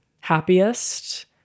happiest